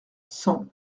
cent